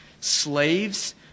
Slaves